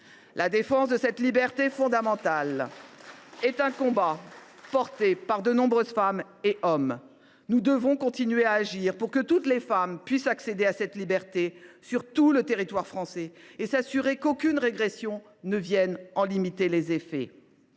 La défense de cette liberté fondamentale est un combat livré par de nombreuses femmes et de nombreux hommes. Nous devons continuer à agir pour que toutes les femmes puissent accéder à cette liberté sur tout le territoire français, en s’assurant qu’aucune régression ne vienne en limiter les effets.